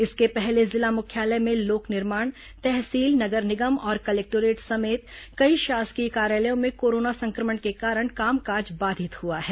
इसके पहले जिला मुख्यालय में लोक निर्माण तहसील नगर निगम और कलेक्टोरेट समेत कई शासकीय कार्यालयों में कोरोना संक्रमण के कारण कामकाज बाधित हुआ है